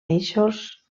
eixos